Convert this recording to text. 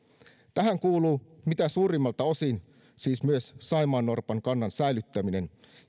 tähän kuuluvat mitä suurimmalta osin siis myös saimaannorpan kannan säilyttäminen